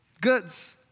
goods